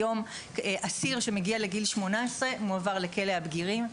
היום אסיר שמגיע לגיל 18 מועבר לכלא הבגירים,